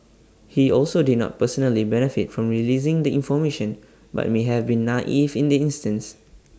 he also did not personally benefit from releasing the information but may have been naive in this instance